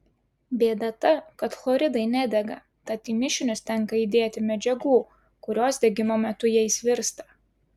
bėda ta kad chloridai nedega tad į mišinius tenka įdėti medžiagų kurios degimo metu jais virsta